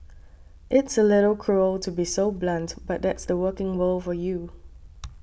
it's a little cruel to be so blunt but that's the working world for you